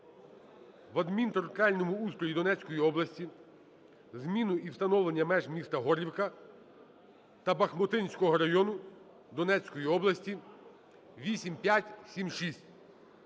в адмінтериторіальному устрої Донецької області, зміну і встановлення меж міста Горлівки та Бахмутського району Донецької області (8576)